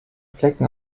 flecken